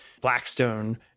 Blackstone